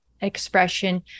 expression